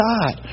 God